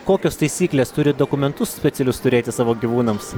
kokios taisyklės turit dokumentus specialius turėti savo gyvūnams